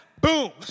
Boom